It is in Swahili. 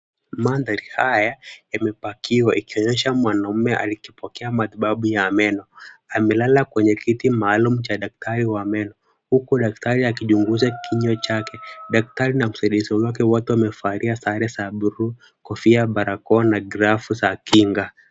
Mandhari haya yamepakiwa ikionyesha mwanaume akipokea matibabu ya meno. Amelala kwenye kiti maalum cha daktari wa meno huku daktari akichunguza kinywa chake. Daktari na msaidizi wake wote wamevalia sare za blue ,kofia, barakoa na glavu za kinga.